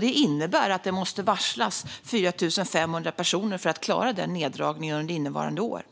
Det innebär att det måste varslas 4 500 personer för att klara denna neddragning under innevarande år.